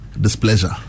displeasure